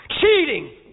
Cheating